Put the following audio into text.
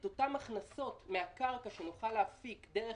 את אותן הכנסות מן הקרקע שנוכל להפיק דרך